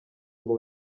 ngo